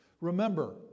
Remember